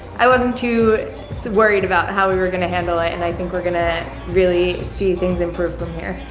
i wasn't too worried about how we were going to handle it. and i think we're going to really see things improve from here.